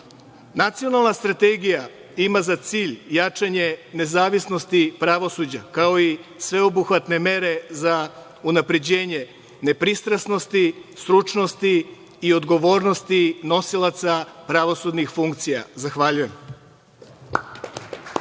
kriminala. Nacionalna strategija ima za cilj jačanje nezavisnosti pravosuđa, kao i sveobuhvatne mere za unapređenje nepristrasnosti, stručnosti i odgovornosti nosilaca pravosudnih funkcija. Zahvaljujem.